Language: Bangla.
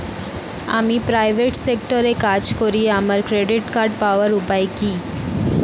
আমি প্রাইভেট সেক্টরে কাজ করি আমার ক্রেডিট কার্ড পাওয়ার উপায় কি?